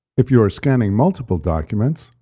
if you are scanning multiple documents,